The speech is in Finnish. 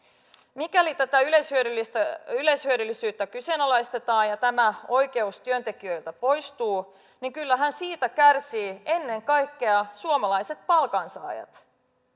mikäli tätä yleishyödyllisyyttä kyseenalaistetaan ja tämä oikeus työntekijöiltä poistuu niin kyllähän siitä kärsivät ennen kaikkea suomalaiset palkansaajat